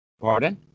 Pardon